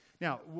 Now